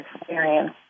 experience